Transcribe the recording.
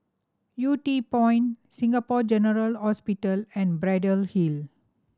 Yew Tee Point Singapore General Hospital and Braddell Hill